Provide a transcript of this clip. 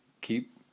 keep